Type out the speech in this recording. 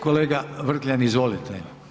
Kolega Vrkljan izvolite.